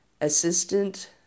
assistant